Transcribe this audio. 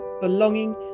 belonging